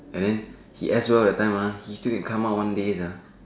and then he S_O_L that time ah he still can come out one day lah